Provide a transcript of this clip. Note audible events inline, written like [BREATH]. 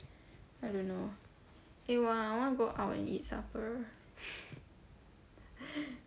I don't know eh !!wah!! I want to go out and eat supper [BREATH]